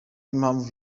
impamvu